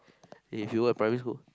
then if you work primary school